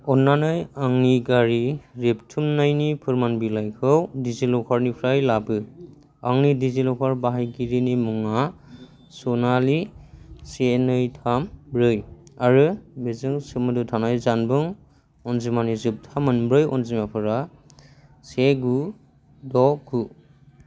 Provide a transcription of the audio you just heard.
अन्नानै आंनि गारि रेबथुमनायनि फोरमान बिलाइ खौ डिजिलकारनिफ्राय लाबो आंनि डिजिलकार बाहायगिरिनि मुङा सनालि से नै थाम ब्रै आरो बेजों सोमोन्दो थानाय जानबुं अनजिमानि जोबथा मोनब्रै अनजिमाफोरा से गु द' गु